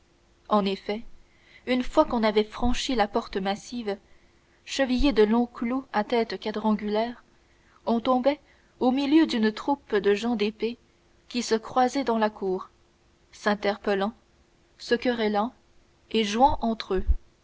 en effet une fois qu'on avait franchi la porte massive chevillée de longs clous à tête quadrangulaire on tombait au milieu d'une troupe de gens d'épée qui se croisaient dans la cour s'interpellant se querellant et jouant entre eux